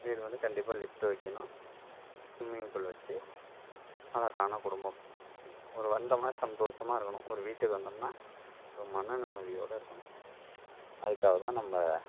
வீடு வந்து கண்டிப்பாக லிஃப்ட் வைக்கணும் ஸ்விம்மிங் பூல் வச்சு அழகான குடும்பம் ஒரு வந்தோம்னால் சந்தோசமாக இருக்கணும் ஒரு வீட்டுக்கு வந்தோம்ன்னால் ஒரு மன நிம்மதியோடு இருக்கணும் அதுக்காக தான் நம்ம